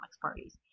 parties